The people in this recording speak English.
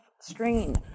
screen